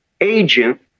agent